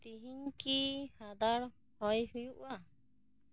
ᱛᱤᱦᱤᱧ ᱠᱤ ᱦᱟᱫᱟᱲ ᱦᱚᱭ ᱦᱩᱭᱩᱜᱼᱟ